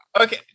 okay